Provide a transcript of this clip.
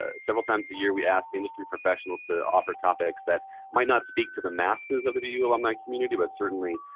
ah several times a year we ask industry professionals to offer topics that might not speak to the masses of bu alumni community, but certainly